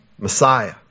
Messiah